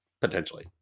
Potentially